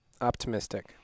Optimistic